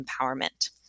empowerment